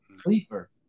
Sleeper